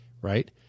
right